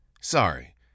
Sorry